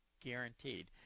guaranteed